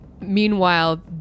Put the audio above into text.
Meanwhile